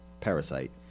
Parasite